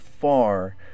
far